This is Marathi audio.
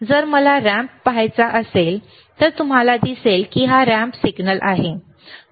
जर मला रॅम्प पाहायचा असेल तर तुम्हाला दिसेल की हा रॅम्प सिग्नल आहे बरोबर